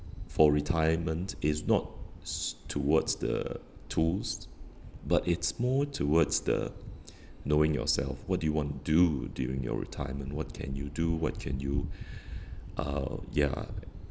for retirement is not towards the tools but it's more towards the knowing yourself what do you want to do during your retirement what can you do what can you uh ya